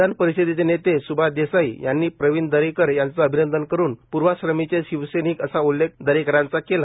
विधान परिषद नेते स्भाष देसाई यांनी प्रवीण दरेकर यांचं अभिनंदन करून पूर्वाश्रमिचे शिवसैनिक असा उल्लेख दरेकरांचा केला